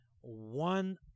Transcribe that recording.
one